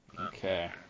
Okay